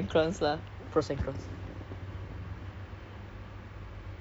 you you can you can stay at jurong east if I'm not wrong jurong east ada